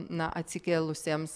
na atsikėlusiems